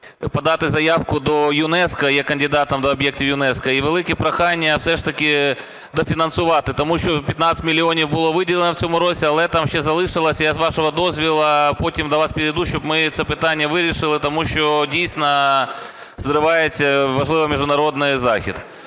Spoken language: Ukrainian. подати заявку до ЮНЕСКО як кандидат до об'єктів ЮНЕСКО. І велике прохання все ж таки дофінансувати, тому що 15 мільйонів було виділено в цьому році, але там ще залишилось, я, з вашого дозволу, потім до вас підійду, щоб ми це питання вирішили, тому що, дійсно, зривається важливий міжнародний захід.